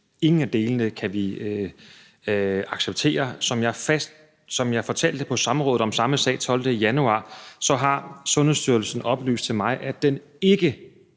Ingen af delene kan vi acceptere. Som jeg fortalte på samrådet om samme sag den 12. januar, har Sundhedsstyrelsen oplyst til mig, at den ikke